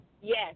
Yes